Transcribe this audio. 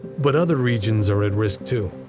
but other regions are at risk, too.